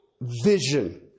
vision